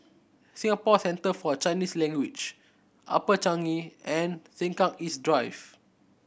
Singapore Centre For Chinese Language Upper Changi and Sengkang East Drive